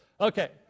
Okay